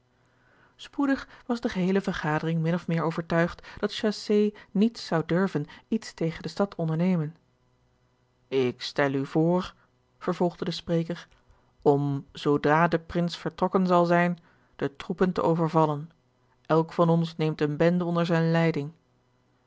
spoedig was de geheele vergadering min of meer overtuigd dat chassé niet zou durven iets tegen de stad ondernemen ik stel u voor vervolgde de spreker om zoodra de prins vertrokken zal zijn de troepen te overvallen elk van ons neemt eene bende onder zijne leiding